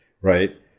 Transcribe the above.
right